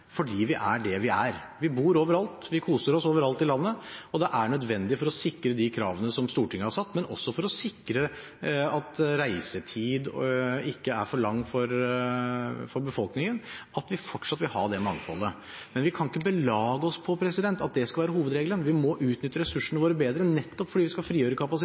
fordi vi er det vi er. Vi bor overalt. Vi koser oss overalt i landet, og det er nødvendig for å sikre de kravene som Stortinget har satt, men også for å sikre at reisetiden ikke er for lang for befolkningen, vil vi fortsatt ha det mangfoldet. Men vi kan ikke belage oss på at det skal være hovedregelen. Vi må utnytte ressursene våre bedre nettopp fordi vi skal frigjøre kapasitet,